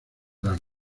las